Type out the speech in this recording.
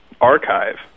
archive